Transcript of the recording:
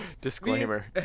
Disclaimer